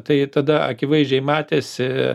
tai tada akivaizdžiai matėsi